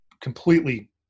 completely